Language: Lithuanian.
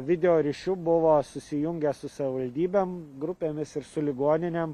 video ryšiu buvo susijungę su savivaldybėm grupėmis ir su ligoninėm